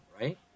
right